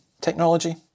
technology